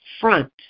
front